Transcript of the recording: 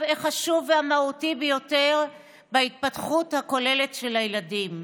החשוב והמהותי ביותר בהתפתחות הכוללת של הילדים.